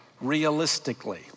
realistically